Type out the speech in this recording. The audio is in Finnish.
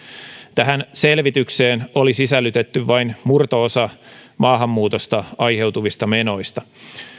tähän selvitykseen oli sisällytetty vain murto osa maahanmuutosta aiheutuvista menoista